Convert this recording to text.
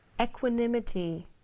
equanimity